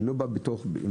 אני לא בא מתוך ביקורת,